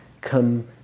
come